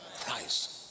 Christ